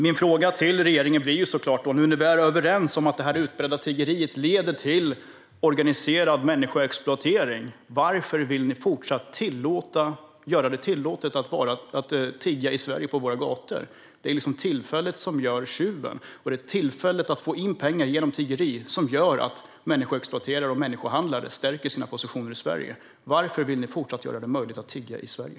Min fråga till regeringen blir såklart: Nu när vi är överens om att det utbredda tiggeriet leder till organiserad människoexploatering, varför vill ni fortsätta göra det tillåtet att tigga på våra gator i Sverige? Det är liksom tillfället som gör tjuven, och det är tillfället att få in pengar genom tiggeri som gör att människoexploatörer och människohandlare stärker sina positioner i Sverige. Varför vill ni fortsätta göra det möjligt att tigga i Sverige?